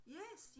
yes